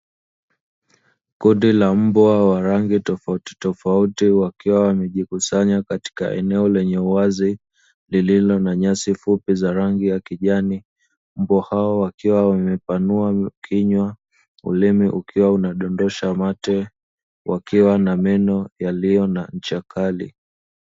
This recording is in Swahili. Kundi la mbwa wa rangi tofautitofauti wakiwa wamejikusanya katika eneo lenye uwazi lililo na nyasi fupi za rangi ya kijani. Mbwa hawa wakiwa wamepanua kinywa, ulimi ukiwa unadondosha mate, wakiwa na meno yaliyo na ncha kali.